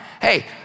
hey